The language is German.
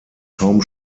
kaum